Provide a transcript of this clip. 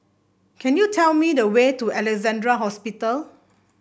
can you tell me the way to Alexandra Hospital